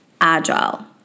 agile